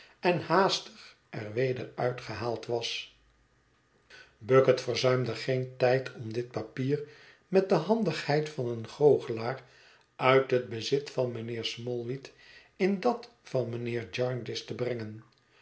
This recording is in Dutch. en haastig er weder uitgehaald was bucket verzuimde geen tijd om dit papier met de handigheid van een goochelaar uit het bezit van mijnheer smallweed in dat van mijnheer jarndyce te brengen